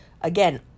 again